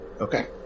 Okay